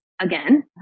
again